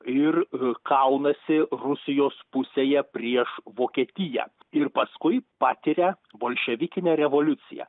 ir kaunasi rusijos pusėje prieš vokietiją ir paskui patiria bolševikinę revoliuciją